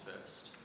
first